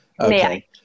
Okay